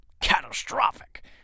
catastrophic